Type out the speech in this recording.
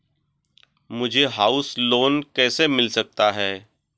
मुझे house loan कैसे मिल सकता है?